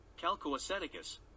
calcoaceticus